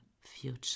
future